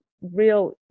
real